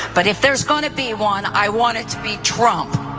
but if there's gonna be one, i want it to be trump!